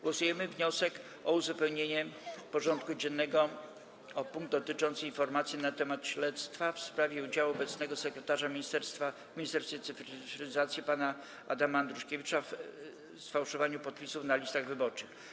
Głosujemy nad wnioskiem o uzupełnienie porządku dziennego o punkt: Informacja na temat śledztwa w sprawie udziału obecnego sekretarza w Ministerstwie Cyfryzacji pana Adama Andruszkiewicza w sfałszowaniu podpisów na listach wyborczych.